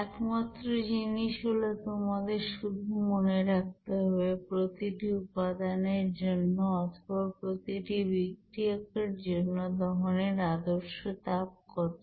একমাত্র জিনিস হলো তোমাদের শুধু মনে রাখতে হবে প্রতিটি উপাদানের জন্য অথবা প্রতিটি বিক্রিয়কের জন্য দহনের আদর্শ তাপ কত